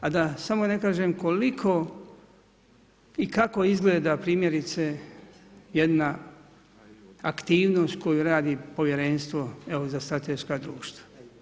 A da samo ne kažem koliko i kako izgleda primjerice jedna aktivnost koju radi Povjerenstvo za strateška društva.